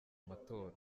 amatora